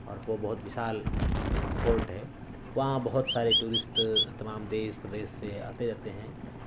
اور وہ بہت وشال فورٹ ہے وہاں بہت سارے ٹورسٹ تمام دیس پردیس سے آتے رہتے ہیں